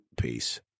peace